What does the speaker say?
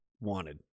wanted